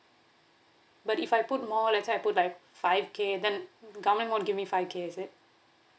but if I put more let's say I put like five K then government wanna give me five K is it